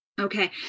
Okay